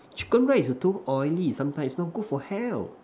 chicken rice too oily sometimes it's not good for health